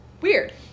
Weird